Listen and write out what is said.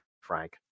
Frank